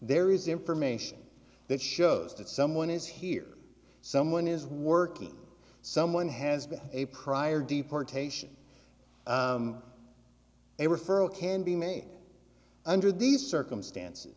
there is information that shows that someone is here someone is working someone has been a prior deportation a referral can be made under these circumstances